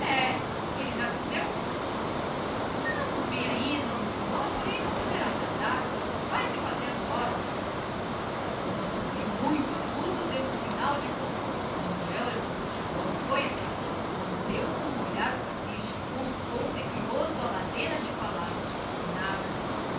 ele já desceu não o vi ainda não senhor porém não poderá tardar vão se fazendo horas um assovio muito agudo deu o primeiro sinal de bordo chamando os últimos passageiros manuel levantou-se logo foi até à porta lambeu com um olhar o trapiche consultou sequioso a ladeira de palácio nada